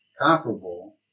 comparable